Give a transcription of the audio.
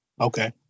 Okay